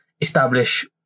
establish